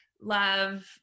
love